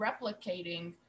replicating